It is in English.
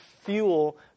fuel